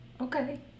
okay